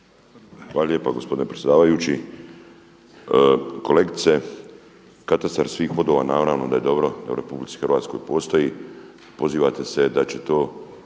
Hvala lijepa gospodine predsjedavajući. Kolegice katastar svih vodova naravno da je dobro da u Republici Hrvatskoj postoji. Pozivate se da će to